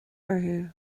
orthu